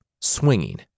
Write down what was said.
swinging